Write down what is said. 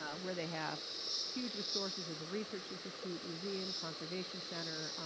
ah where they have huge resources as a research institute, museum, conservation center.